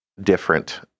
different